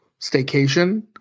staycation